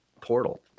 portal